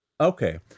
Okay